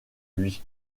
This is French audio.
lui